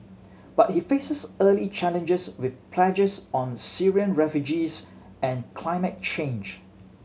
but he faces early challenges with pledges on Syrian refugees and climate change